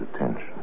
attention